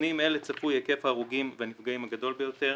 במבנים אלה צפוי היקף ההרוגים והנפגעים הגדול ביותר